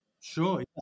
Sure